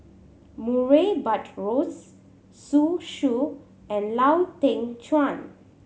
Murray Buttrose Zhu Xu and Lau Teng Chuan